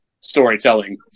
storytelling